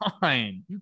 fine